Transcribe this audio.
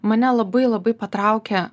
mane labai labai patraukė